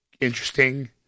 interesting